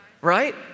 right